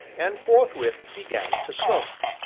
and forthwith began to smoke.